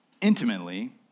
intimately